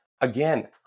Again